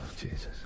Jesus